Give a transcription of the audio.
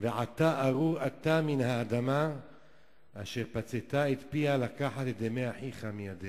"ועתה ארור אתה מן האדמה אשר פצתה את פיה לקחת את דמי אחיך מידך",